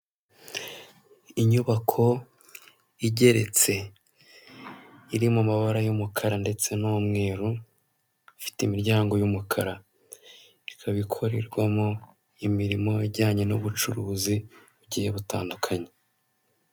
Inyubako igeretse iri mu mabara y'umukara ndetse n'umweru ifite imiryango y'umukara ikaba ikorerwamo imirimo ijyanye n'ubucuruzi bugiye butandukanye .